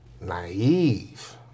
naive